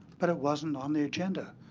but it wasn't on the agenda.